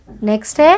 Next